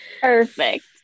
perfect